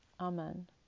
Amen